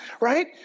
right